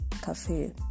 cafe